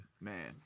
man